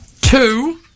two